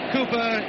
Cooper